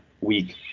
weak